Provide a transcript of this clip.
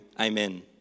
amen